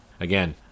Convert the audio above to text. Again